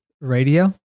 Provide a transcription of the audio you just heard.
radio